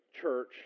church